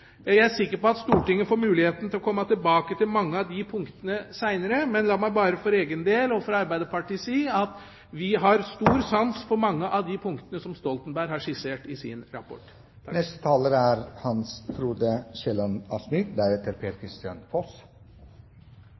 Jeg er sikker på at Stortinget får muligheten til å komme tilbake til mange av de punktene seinere, men la meg bare for egen del og for Arbeiderpartiets del si at vi har stor sans for mange av de punktene som Stoltenberg har skissert i sin rapport.